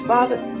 Father